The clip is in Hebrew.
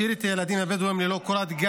היו"ר משה רוט: